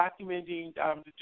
documenting